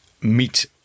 meet